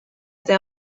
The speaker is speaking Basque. eta